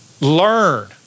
Learn